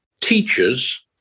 teachers